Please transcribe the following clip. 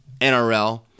NRL